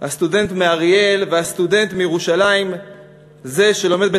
הסטודנט מאריאל והסטודנט מירושלים,